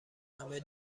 همه